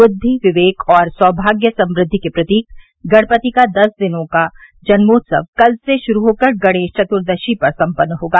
बुद्धि विवेक और सौभाग्य समृद्धि के प्रतीक गणपति का दस दिन का जन्मोत्सव कल से शुरु होकर गणेश चतुर्दशी पर सम्पन्न होगा